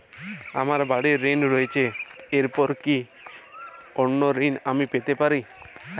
আমার বাড়ীর ঋণ রয়েছে এরপর কি অন্য ঋণ আমি পেতে পারি?